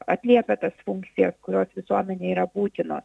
atliepia tas funkcijas kurios visuomenėje yra būtinos